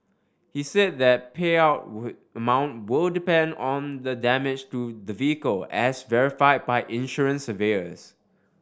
he said that payout amount will depend on the damage to the vehicle as verified by insurance surveyors